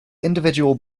individual